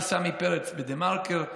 של סמי פרץ בדה מרקר,